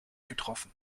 getroffen